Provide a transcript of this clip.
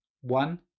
One